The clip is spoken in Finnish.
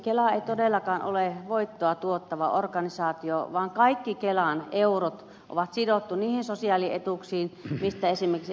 kela ei todellakaan ole voittoa tuottava organisaatio vaan kaikki kelan eurot on sidottu niihin sosiaalietuuksiin mitä esimerkiksi ed